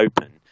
open